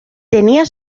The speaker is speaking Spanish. tenía